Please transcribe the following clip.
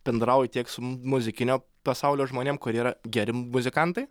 bendrauju tiek su muzikinio pasaulio žmonėm kurie yra geri muzikantai